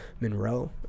monroe